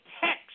text